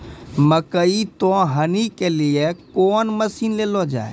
मकई तो हनी के लिए कौन मसीन ले लो जाए?